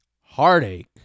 heartache